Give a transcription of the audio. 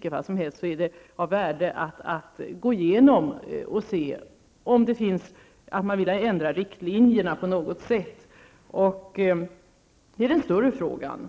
Det är hur som helst av värde att gå igenom och se om man vill ändra riktlinjerna på något sätt. Det är den stora frågan. Man